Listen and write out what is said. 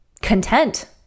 content